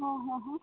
હા હા હા